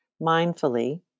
mindfully